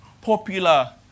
popular